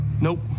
Nope